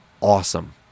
awesome